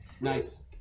Nice